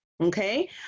Okay